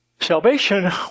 Salvation